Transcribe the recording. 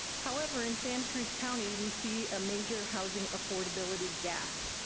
however, in santa cruz county, we see a major housing affordability gap,